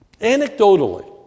anecdotally